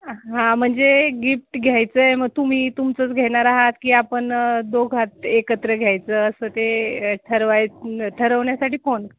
हां म्हणजे गिफ्ट घ्यायचं आहे मग तुम्ही तुमचंच घेणार आहात की आपण दोघात एकत्र घ्यायचं असं ते ठरवाय ठरवण्यासाठी फोन